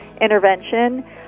intervention